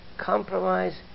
compromise